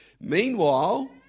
Meanwhile